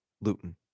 Luton